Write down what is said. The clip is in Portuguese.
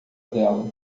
dela